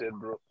bro